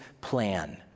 plan